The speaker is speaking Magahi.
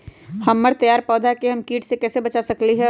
हमर तैयार पौधा के हम किट से कैसे बचा सकलि ह?